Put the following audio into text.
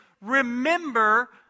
Remember